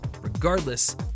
Regardless